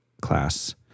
class